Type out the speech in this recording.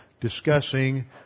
discussing